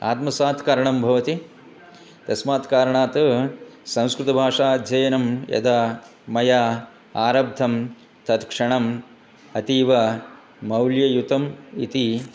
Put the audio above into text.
आत्मसत्कारणं भवति तस्मात् कारणात् संस्कृतभाषा अध्ययनं यदा मया आरब्धं तत्क्षणम् अतीव मौल्ययुक्तम् इति